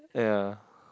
yeah